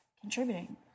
contributing